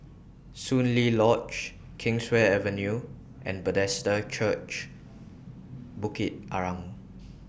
Soon Lee Lodge Kingswear Avenue and Bethesda Church Bukit Arang